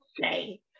say